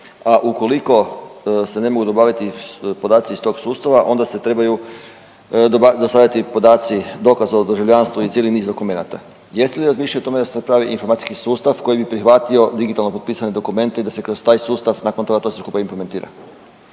a ukoliko se ne mogu dobaviti podaci iz tog sustava, onda se trebaju dostaviti podaci, dokaz o državljanstvu i cijeli niz dokumenata. Jeste li razmišljali o tome da se napravi informacijski sustav koji bi prihvatio digitalno potpisane dokumente i da se kroz taj sustav nakon toga to sve skupa implementira?